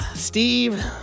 Steve